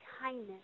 kindness